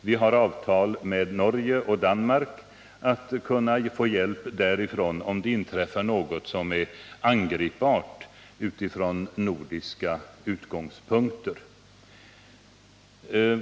Vi har avtal med Norge och Danmark, innebärande att vi kan få hjälp därifrån, om det inträffar sådant som kan åtgärdas på nordisk nivå.